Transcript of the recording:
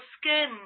skin